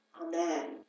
Amen